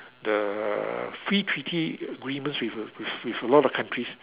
the free treaty agreements with with with a lot of countries